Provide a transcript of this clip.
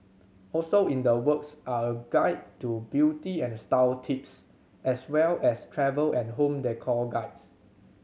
also in the works are a guide to beauty and style tips as well as travel and home decor guides